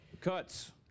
Cuts